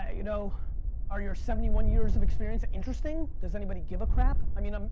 ah you know are your seventy one years of experience interesting? does anybody give a crap? i mean, um